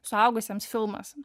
suaugusiems filmas